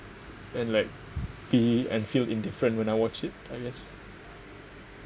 and like be and feel indifferent when I watch it I guess